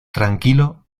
tranquilo